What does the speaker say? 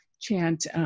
chant